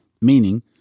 Meaning